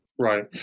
Right